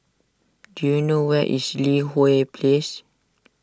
do you know where is Li Hwan Place